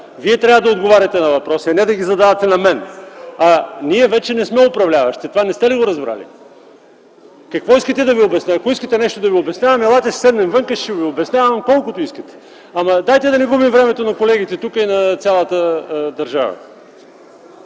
Вие трябва да отговаряте на въпроси, а не да ги задавате на мен. Ние вече не сме управляващи. Това не сте ли го разбрал? Какво искате да Ви обясня? Ако искате нещо да Ви обяснявам, елате, ще седнем навън и ще Ви обяснявам колкото искате. Но дайте да не губим времето на колегите тук и на цялата държава.